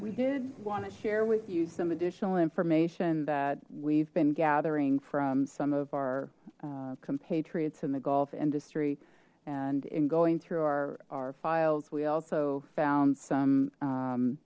we did want to share with you some additional information that we've been gathering from some of our compatriots in the golf industry and in going through our our files we also found some